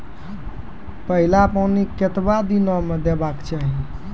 पहिल पानि कतबा दिनो म देबाक चाही?